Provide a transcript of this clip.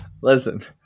listen